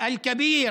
הגדול